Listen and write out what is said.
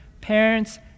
parents